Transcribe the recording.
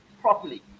properly